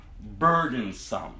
burdensome